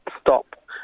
stop